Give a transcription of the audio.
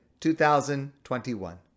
2021